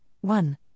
one